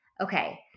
okay